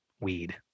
weed